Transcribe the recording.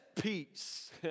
peace